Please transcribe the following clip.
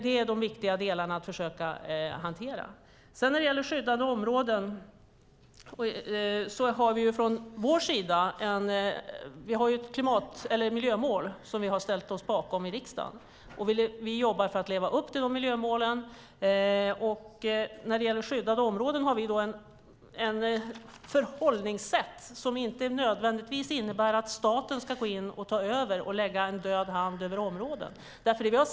Det är de viktiga delarna att försöka hantera. När det gäller skyddade områden har vi i riksdagen ställt oss bakom ett miljömål. Vi jobbar för att leva upp till det miljömålet. Vi har ett förhållningssätt till skyddade områden som inte nödvändigtvis innebär att staten ska gå in och lägga en död hand över områdena.